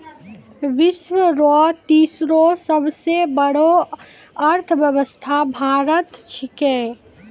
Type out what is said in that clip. विश्व रो तेसरो सबसे बड़ो अर्थव्यवस्था भारत छिकै